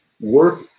work